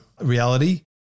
reality